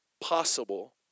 possible